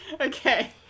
Okay